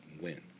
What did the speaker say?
win